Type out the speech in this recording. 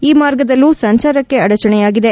ಈ ಮಾರ್ಗದಲ್ಲೂ ಸಂಚಾರಕ್ಕೆ ಅಡಚಣೆಯಾಗಿದೆ